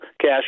cash